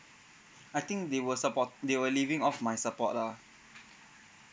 I think they were support they were living of my support lah